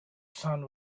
sun